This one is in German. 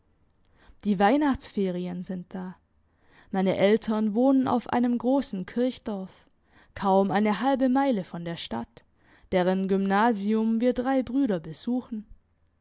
die weihnachtsferien sind da meine eltern wohnen auf einem grossen kirchdorf kaum eine halbe meile von der stadt deren gymnasium wir drei brüder besuchen